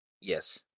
yes